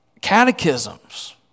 catechisms